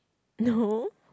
no